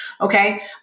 okay